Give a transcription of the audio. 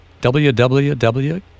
www